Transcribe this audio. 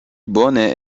bone